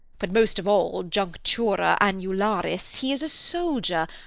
but, most of all junctura annularis. he is a soldier,